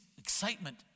excitement